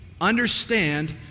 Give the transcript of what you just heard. understand